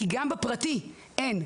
כי גם בפרטי אין.